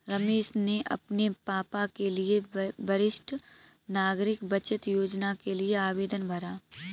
रमेश ने अपने पापा के लिए वरिष्ठ नागरिक बचत योजना के लिए आवेदन भरा